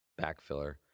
backfiller